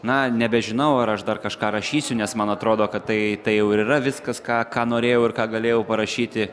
na nebežinau ar aš dar kažką rašysiu nes man atrodo kad tai tai jau yra viskas ką ką norėjau ir ką galėjau parašyti